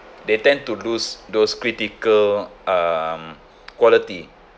they tend to lose those critical um quality